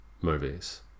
movies